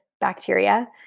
bacteria